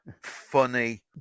funny